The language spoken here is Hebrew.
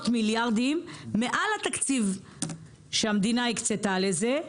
מיליארדים מעל התקציב שהמדינה הקצתה לזה,